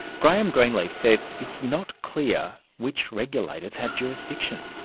graham greenleaf says it's not clear which regulators have jurisdiction.